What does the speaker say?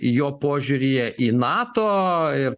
jo požiūryje į nato ir